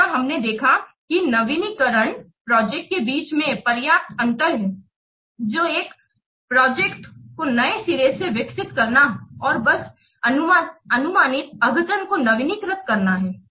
तथा हमने देखा की नवीकरण प्रोजेक्ट के बीच में पर्याप्त अंतर है जो कि एक प्रोजेक्ट को नए सिरे से विकसित करना और बस अनुमानित अद्यतन को नवीनीकृत करना है